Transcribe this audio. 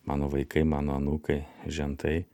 mano vaikai mano anūkai žentai